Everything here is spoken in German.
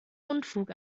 unfug